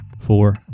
four